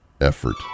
effort